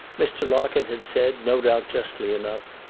mr. locket had said, no doubt justly enough,